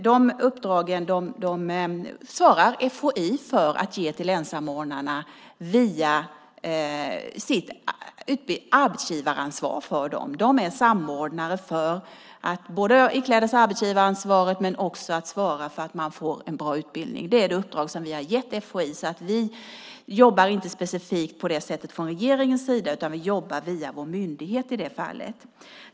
De uppdragen svarar FHI för att ge till länssamordnarna via sitt arbetsgivaransvar. De är samordnare när det gäller att ikläda sig arbetsgivaransvaret och att svara för att man får en bra utbildning. Det är det uppdrag som vi har gett FHI. Vi jobbar inte specifikt på det sättet från regeringens sida, utan vi jobbar via vår myndighet i det fallet.